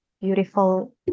beautiful